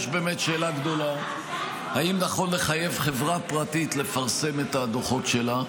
יש שאלה גדולה אם נכון לחייב חברה פרטית לפרסם את הדוחות שלה.